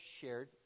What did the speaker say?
shared